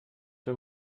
der